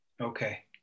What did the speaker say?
Okay